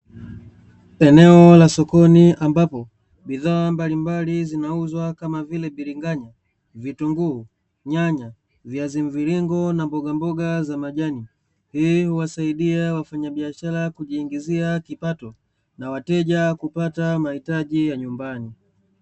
Eneo la sokoni ambapo bidhaa mbalimbali zinauzwa, kama vile; bilinganya, vitunguu, nyanya, viazi mviringo na mboga mboga za majani. Hii huwasaidia wafanyabiashara kujiingizia kipato, na wateja kupata mahitaji ya nyumbani.